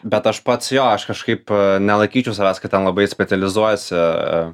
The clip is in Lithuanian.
bet aš pats jo aš kažkaip nelaikyčiau savęs kad ten labai specializuojuosi